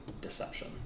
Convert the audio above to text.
Deception